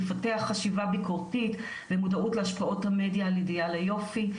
לפתח חשיבה ביקורתית ומודעות להשפעות המדיה על אידיאל היופי,